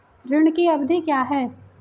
ऋण की अवधि क्या है?